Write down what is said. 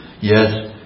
Yes